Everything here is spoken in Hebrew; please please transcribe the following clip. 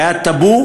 זה היה טבו,